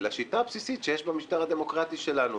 לשיטה הבסיסית שיש במשטר הדמוקרטי שלנו,